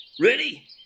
Ready